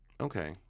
okay